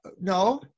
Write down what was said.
No